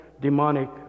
demonic